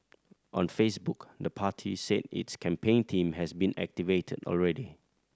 on Facebook the party said its campaign team has been activated already